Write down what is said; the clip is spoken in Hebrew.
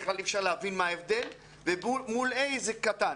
בכלל אי אפשר להבין מה ההבדל ומול ה' זה קטן.